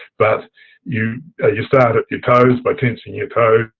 but you you start with your toes by tensing your toes,